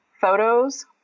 photos